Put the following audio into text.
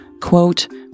Quote